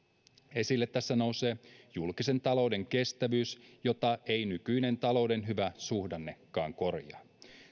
esille tässä nousee julkisen talouden kestävyys jota ei nykyinen talouden hyvä suhdannekaan korjaa